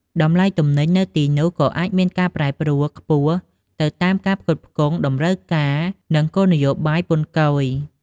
តម្លៃទំនិញនៅទីនោះក៏អាចមាន ការប្រែប្រួលខ្ពស់ ទៅតាមការផ្គត់ផ្គង់ តម្រូវការ និងគោលនយោបាយពន្ធគយ។